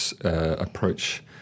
approach